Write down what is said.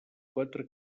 quatre